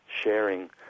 sharing